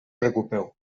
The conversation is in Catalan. preocupeu